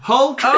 Hulk